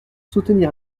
soutenir